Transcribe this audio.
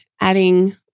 adding